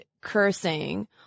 cursing